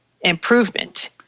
improvement